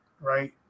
right